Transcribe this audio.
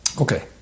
Okay